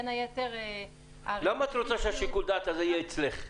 בין היתר -- למה את רוצה ששיקול הדעת הזה יהיה אצלך?